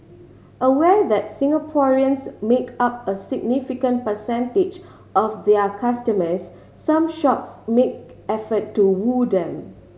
aware that Singaporeans make up a significant percentage of their customers some shops make effort to woo them